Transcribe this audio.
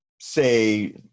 say